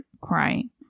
crying